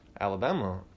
Alabama